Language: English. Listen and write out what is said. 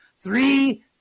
three